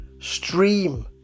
stream